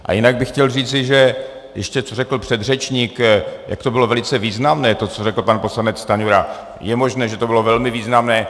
A jinak bych chtěl říci, že ještě co řekl předřečník, jak to bylo velice významné, to, co řekl pan poslanec Stanjura, je možné, že to bylo velmi významné.